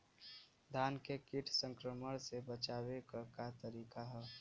धान के कीट संक्रमण से बचावे क का तरीका ह?